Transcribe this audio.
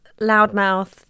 loudmouth